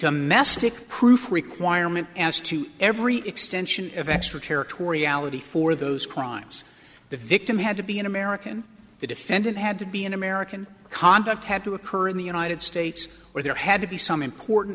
domestic proof requirement as to every extension of extraterritoriality for those crimes the victim had to be an american the defendant had to be an american conduct had to occur in the united states where there had to be some important